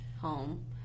home